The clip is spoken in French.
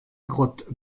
grotte